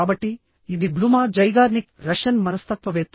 కాబట్టి ఇది Bluma Zeigarnik Russian మనస్తత్వవేత్త